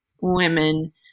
women